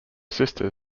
sister